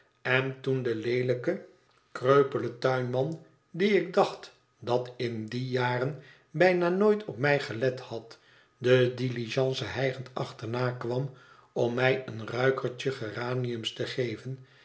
en toen de leelijke kreupele tuinman dien ik dacht dat in die jaren bijna nooit op mij gelet had de diligence hijgend achterna kwam om mij een ruikertje geraniums te geven